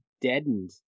deadened